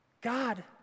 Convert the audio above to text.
God